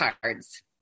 Cards